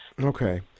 Okay